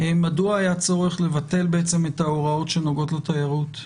מדוע היה צורך לבטל את ההוראות שנוגעות לתיירות?